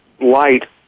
light